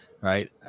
right